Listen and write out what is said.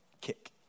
kick